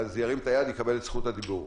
שירים את היד ויקבל את זכות הדיבור.